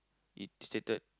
it stated